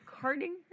carting